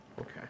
Okay